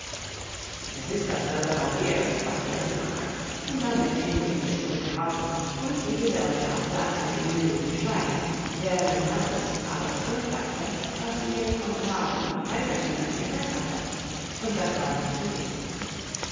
es ist dasselbe bei dir sagte der hutmacher und damit endigte die unterhaltung und die gesellschaft saß einige minuten schweigend während alice alles durchdachte was sie je von raben und reitersmännern gehört hatte und das war nicht viel